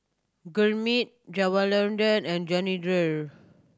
Gurmeet Jawaharlal and Jehangirr